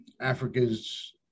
africa's